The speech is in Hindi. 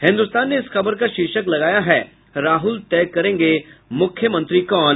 हिन्दुस्तान ने इस खबर का शीर्षक लगाया है राहुल तय करेंगे मुख्यमंत्री कौन